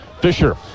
Fisher